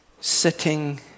sitting